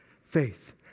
faith